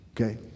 okay